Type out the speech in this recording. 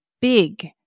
big